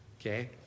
Okay